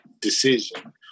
decision